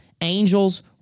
angels